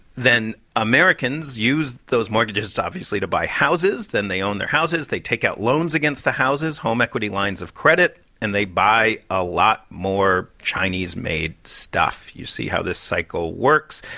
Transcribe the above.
then americans use those mortgages to obviously to buy houses. then they own their houses. they take out loans against the houses, home equity lines of credit. and they buy a lot more chinese-made stuff. you see how this cycle works.